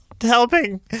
helping